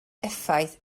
effaith